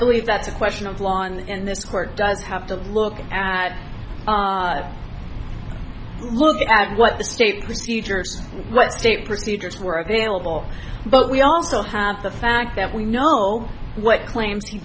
believe that's a question of lawn in this court does have to look at look at what the state procedures what state procedures were available but we also have the fact that we know what claims he